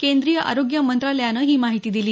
केंद्रीय आरोग्य मंत्रालयानं ही माहिती दिली